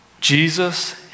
Jesus